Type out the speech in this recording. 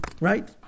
right